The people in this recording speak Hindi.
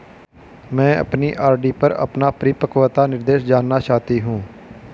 मैं अपनी आर.डी पर अपना परिपक्वता निर्देश जानना चाहती हूँ